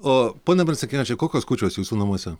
o ponia marcinkevičiene kokios kūčios jūsų namuose